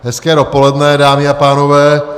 Hezké dopoledne, dámy a pánové.